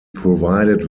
provided